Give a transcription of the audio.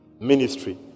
ministry